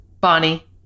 bonnie